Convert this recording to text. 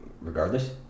regardless